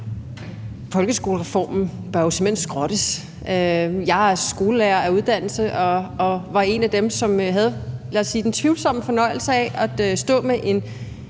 Folkeskolereformen bør jo simpelt hen skrottes. Jeg er skolelærer af uddannelse og var en af dem, som havde den, lad os sige tvivlsomme fornøjelse at stå med en